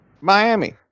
Miami